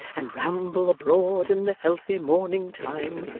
and ramble abroad in the healthy morning time.